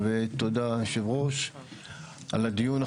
תודה יושב הראש על הדיון.